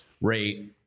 rate